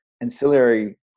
ancillary